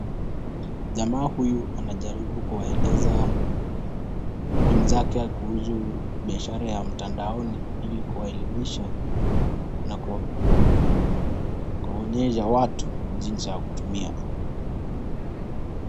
Jamaa huyu anajaribu kuwaeleza wenzake kuhusu biashara ya mtandaoni ili kuwaelimisha na kuwaonyesha watu jinsi ya kutumia.